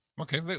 Okay